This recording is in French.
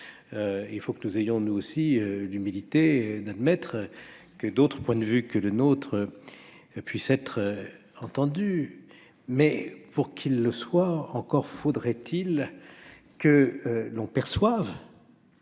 il faut que nous ayons, nous aussi, l'humilité d'admettre que d'autres points de vue que le nôtre peuvent être entendus. Mais pour qu'ils le soient, encore faudrait-il que l'on perçoive